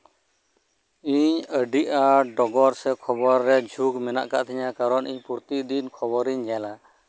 ᱤᱧ ᱟᱹᱰᱤ ᱟᱸᱴ ᱰᱚᱜᱚᱨ ᱥᱮ ᱠᱷᱚᱵᱚᱨ ᱨᱮ ᱡᱷᱩᱸᱠ ᱢᱮᱱᱟᱜ ᱟᱠᱟᱫ ᱛᱤᱧᱟᱹ ᱠᱟᱨᱚᱱ ᱤᱧ ᱯᱨᱚᱛᱤᱫᱤᱱ ᱠᱷᱚᱵᱚᱨᱤᱧ ᱧᱮᱞᱟ